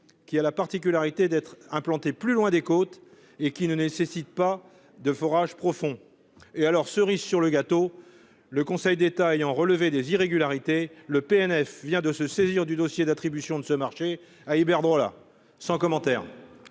qui a la particularité d'être implanté plus loin des côtes et ne nécessite pas de forages profonds. Cerise sur le gâteau, le Conseil d'État ayant relevé des irrégularités, le parquet national financier vient de se saisir du dossier d'attribution de ce marché à Iberdrola. Sans commentaire